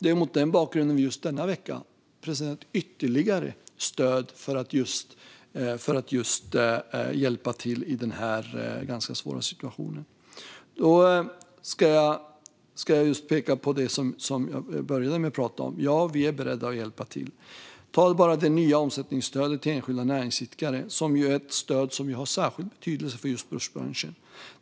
Det är mot denna bakgrund som vi just den här veckan har presenterat ytterligare stöd för att hjälpa till i den svåra situationen. Jag vill peka på det som jag började att prata om: Ja, vi är beredda att hjälpa till. Se bara på det nya omsättningsstödet till enskilda näringsidkare! Det är ett stöd som har särskild betydelse för just bussbranschen.